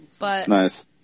Nice